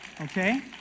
okay